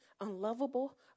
unlovable